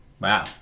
Wow